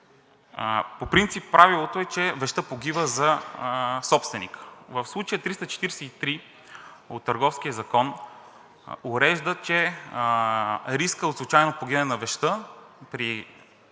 по принцип правилото е, че вещта погива за собственика. В случая 343 от Търговския закон урежда, че рискът от случайно погиване на вещта при невиновна